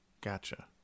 gotcha